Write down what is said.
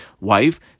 wife